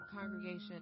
congregation